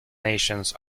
nations